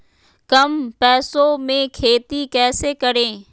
कम पैसों में खेती कैसे करें?